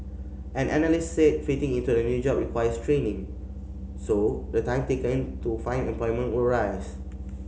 an analyst said fitting into a new job requires training so the time taken to find employment will rise